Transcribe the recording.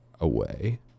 away